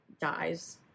dies